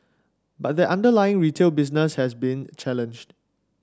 but that underlying retail business has been challenged